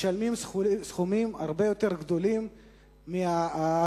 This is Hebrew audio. משלמים סכומים הרבה יותר גדולים מהערוצים